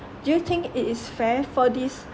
do you think it is fair for this